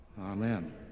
amen